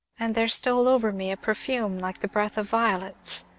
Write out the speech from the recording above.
and there stole over me a perfume like the breath of violets,